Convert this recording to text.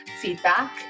feedback